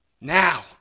Now